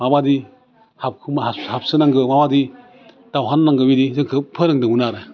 माबादि हाबखुमा हाबसोनांगौ माबादि दावहा नांनांगौ बिदि जोंखौ फोरोंदोंमोन आरो